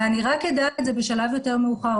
ואני אדע את זה רק בשלב יותר מאוחר.